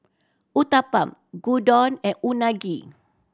Uthapam Gyudon and Unagi